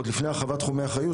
עוד לפני הרחבת תחומי האחריות,